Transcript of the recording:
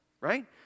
Right